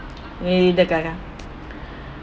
wei~ the gaga~